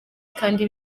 kandi